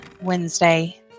Wednesday